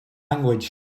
language